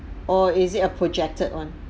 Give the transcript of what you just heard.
or is it a projected one